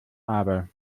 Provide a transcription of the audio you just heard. aber